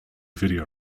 video